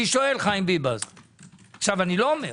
אני לא אומר.